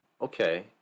Okay